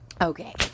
Okay